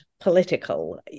political